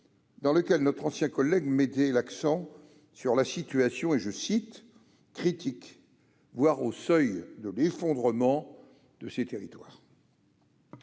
dans lequel notre ancien collègue mettait l'accent sur la situation « critique, voire au seuil de l'effondrement » de ces territoires ...